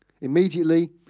Immediately